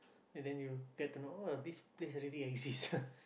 and then you get to know oh this place really exists